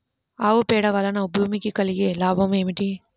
ఆవు పేడ వలన భూమికి కలిగిన లాభం ఏమిటి?